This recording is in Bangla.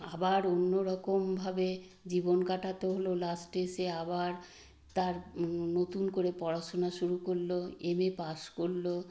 আবার অন্য রকমভাবে জীবন কাটাতে হলো লাস্টে এসে আবার তার নতুন করে পড়াশুনা শুরু করলো এমএ পাশ করলো